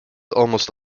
almost